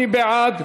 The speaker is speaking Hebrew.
מי בעד?